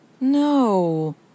No